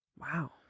Wow